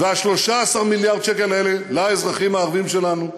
13 מיליארד השקלים האלה הם לאזרחים הערבים שלנו,